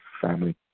family